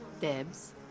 Debs